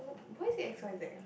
why why is it X Y Z ah